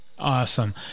Awesome